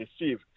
receive